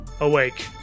awake